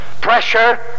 pressure